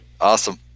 awesome